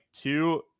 two